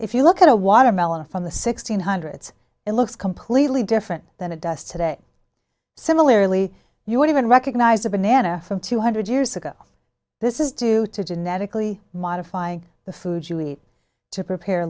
if you look at a watermelon from the sixteen hundreds it looks completely different than it does today similarly you would even recognize a banana from two hundred years ago this is due to genetically modify the food you eat to prepare